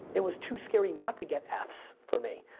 it was too scary not to get f's for me.